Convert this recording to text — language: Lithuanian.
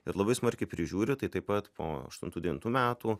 ir labai smarkiai prižiūri taip pat po aštuntų devintų metų